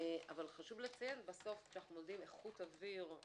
אבל בסוף כשאנחנו מודדים איכות אוויר,